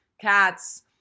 cats